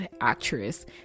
actress